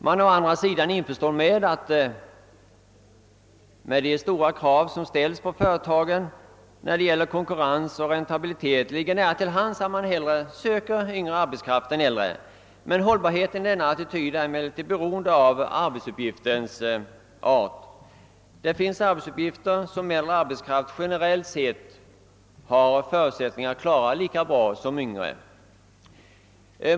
Man är å andra sidan införstådd med att det — med de stora krav som ställs på företagen i fråga om konkurrens och räntabilitet — ligger nära till hands att företagen hellre anställer yngre arbetskraft än äldre. Hållbarheten i denna attityd är emellertid beroende av arbetsuppgiftens art. Det finns arbetsuppgifter som äldre arbetskraft generellt sett har lika stora förutsättningar att klara lika bra som yngre.